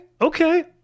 okay